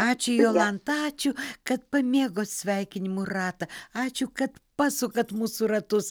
ačiū jolanta ačiū kad pamėgot sveikinimų ratą ačiū kad pasukat mūsų ratus